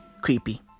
Creepy